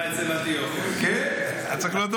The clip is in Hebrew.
--- אצל אנטיוכוס.